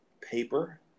paper